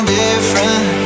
different